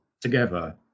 together